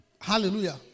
Hallelujah